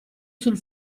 sul